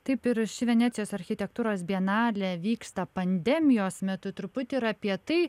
taip ir ši venecijos architektūros bienalė vyksta pandemijos metu truputį ir apie tai